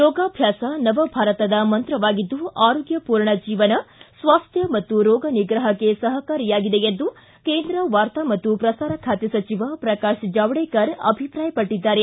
ಯೋಗಾಭ್ಯಾಸ ನವ ಭಾರತದ ಮಂತ್ರವಾಗಿದ್ದು ಆರೋಗ್ಯಮೂರ್ಣ ಜೀವನ ಸ್ವಾರ್ಥ ಮತ್ತು ರೋಗ ನಿಗ್ರಹಕ್ಕೆ ಸಹಕಾರಿಯಾಗಿದೆ ಎಂದು ಕೇಂದ್ರ ವಾರ್ತಾ ಮತ್ತು ಪ್ರಸಾರ ಖಾತೆ ಸಚಿವ ಪ್ರಕಾಶ್ ಜಾವಡೇಕರ್ ಅಭಿಪ್ರಾಯಪಟ್ಟದ್ದಾರೆ